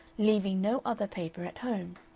leaving no other paper at home.